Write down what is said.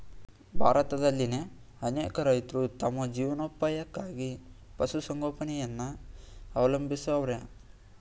ಭಾರತದಲ್ಲಿನ್ ಅನೇಕ ರೈತ್ರು ತಮ್ ಜೀವನೋಪಾಯಕ್ಕಾಗಿ ಪಶುಸಂಗೋಪನೆಯನ್ನ ಅವಲಂಬಿಸವ್ರೆ